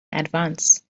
advance